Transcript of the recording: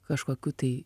kažkokių tai